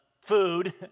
food